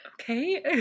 Okay